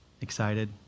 excited